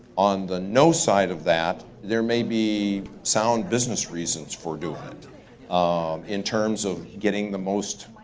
on the no side of that, there maybe sound business reasons for doing it um in terms of getting the most